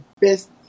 best